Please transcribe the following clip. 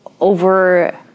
over